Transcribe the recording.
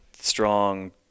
strong